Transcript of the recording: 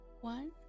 one